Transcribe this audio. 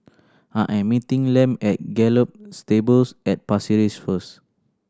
I am meeting Lem at Gallop Stables at Pasir Ris first